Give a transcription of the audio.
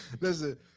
listen